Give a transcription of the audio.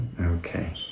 okay